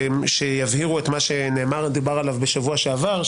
שיבהירו את מה שנאמר, שדובר עליו בשבוע שעבר.